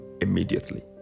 immediately